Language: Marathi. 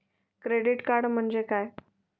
क्रेडिट कार्ड म्हणजे काय?